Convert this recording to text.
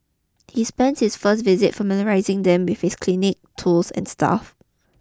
he spends his first visit familiarising them with his clinic tools and staff